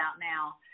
now